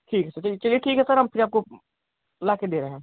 ठीक है चलिए सर ठीक है सर आपको ला कर दे रहे हैं